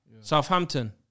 Southampton